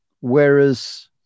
whereas